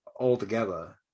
altogether